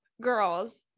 girls